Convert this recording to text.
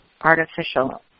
artificial